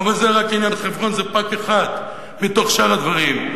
אבל חברון זה פרט אחד מתוך שאר הדברים.